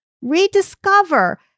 rediscover